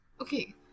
Okay